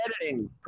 editing